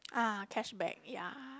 ah cashback ya